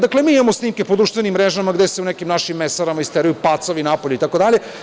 Dakle, mi imamo snimke po društvenim mrežama gde se u nekim našim mesarama isteruju pacovi napolje itd.